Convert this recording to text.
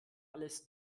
alles